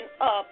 up